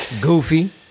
Goofy